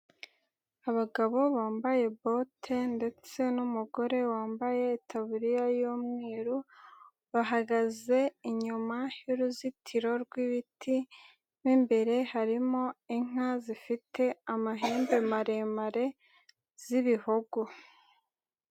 Abagabo bambaye bote ndetse n'umugore wambaye itaburiya y'umweru bahagaze inyuma y'uruzitiro rw'ibiti, mo imbere harimo inka zifite amahembe maremare z'ibihogo.